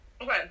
okay